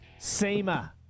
Seema